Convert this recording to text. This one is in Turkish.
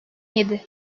yedi